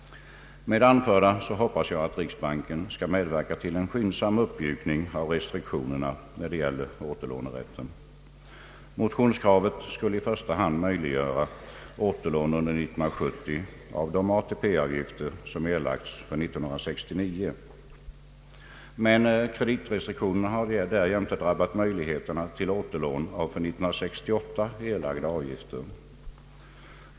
Med det anförda hoppas jag att riksbanken skall medverka till en skyndsam uppmjukning av restriktionerna när det gäller återlånerätten. Men kreditrestriktionerna har därjämte drabbat möjligheterna till återlån av för 1968 erlagda avgifter.